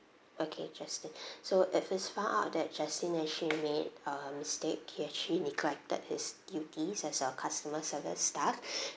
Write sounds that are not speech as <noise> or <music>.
okay justin <breath> so if is found out that justin actually made a mistake he actually neglected his duties as a customer service staff <breath>